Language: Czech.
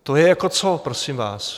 To je jako co, prosím vás?